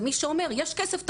זה מי שאומר יש כסף,